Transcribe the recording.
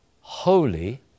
holy